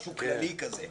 משהו כללי כזה.